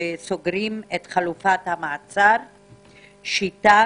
שסוגרים את חלופת המעצר "שיטה",